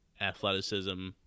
athleticism